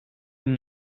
dem